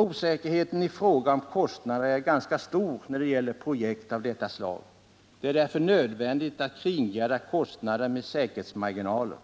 Osäkerheten i fråga om kostnaden är ganska stor när det gäller projekt av detta slag. Det är därför nödvändigt att kringgärda kostnaderna med säkerhetsmarginaler.